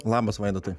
labas vaidotai